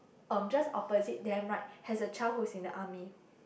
um just opposite them right has a child who's in the army